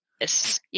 Yes